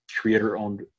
creator-owned